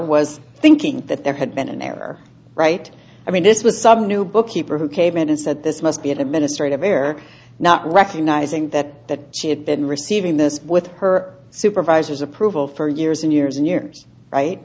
was thinking that there had been an error right i mean this was some new book keeper who came in and said this must be an administrative error not recognizing that she had been receiving this with her supervisors approval for years and years and years right